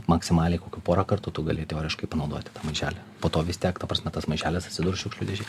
maksimaliai porą kartų tu gali teoriškai panaudoti tą maišelį po to vis tiek ta prasme tas maišelis atsidurs šiukšlių dėžėj